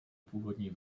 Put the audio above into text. původní